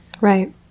right